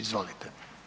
Izvolite.